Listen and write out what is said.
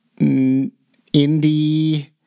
indie